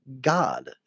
God